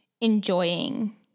enjoying